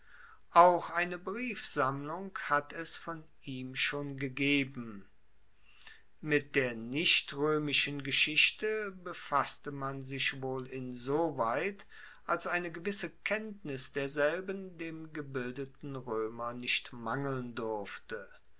auch eine briefsammlung hat es von ihm schon gegeben mit der nichtroemischen geschichte befasste man sich wohl insoweit als eine gewisse kenntnis derselben dem gebildeten roemer nicht mangeln durfte